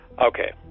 okay